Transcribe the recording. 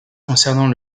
concernant